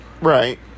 right